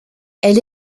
elle